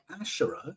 Asherah